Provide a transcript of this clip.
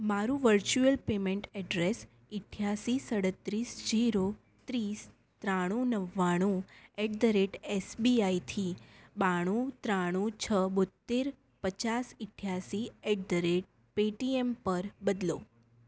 મારું virtual payment address ઇઠ્યાસી સાડત્રીસ જીરો ત્રીસ ત્રાણું નવ્વાણું at the rate S B આઈથી બાણું ત્રાણું છ બોત્તેર પચાસ ઇઠ્યાસી એટ ધ રેટ પેટીએમ પર બદલો